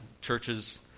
churches